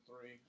three